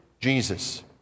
Jesus